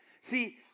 See